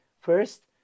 First